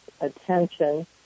attention